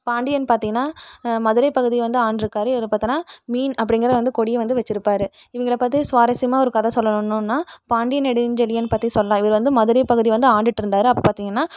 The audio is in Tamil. பாண்டியன் பார்த்தீங்கன்னா மதுரை பகுதி வந்து ஆண்டுருக்கார் இவர் பார்த்தோன்னா மீன் அப்படிங்கிறதை வந்து கொடியை வந்து வச்சிருப்பார் இவங்கள பற்றி சுவாரசியமாக ஒரு கதை சொல்லணும்னா பாண்டியன் நெடுஞ்செழியன் பற்றி சொல்லலாம் இவர் வந்து மதுரை பகுதி வந்து ஆண்டுட்டுருந்தார் அப்போ பார்த்தீங்கன்னா